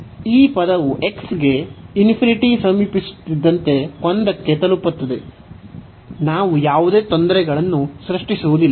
ಈ ಪದವು ಗೆ ಸಮೀಪಿಸುತ್ತಿದ್ದಂತೆ 1 ಕ್ಕೆ ತಲುಪುತ್ತದೆ ನಾವು ಯಾವುದೇ ತೊಂದರೆಗಳನ್ನು ಸೃಷ್ಟಿಸುವುದಿಲ್ಲ